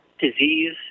disease